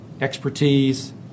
expertise